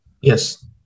yes